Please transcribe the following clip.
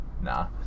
Nah